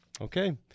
Okay